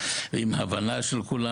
עם הבנה של כולם.